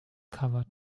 covered